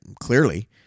clearly